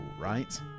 right